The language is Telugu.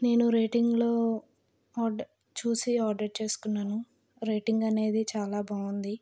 నేను రేటింగ్లో ఆర్డర్ చూసి ఆర్డర్ చేసుకున్నాను రేటింగ్ అనేది చాలా బాగుంది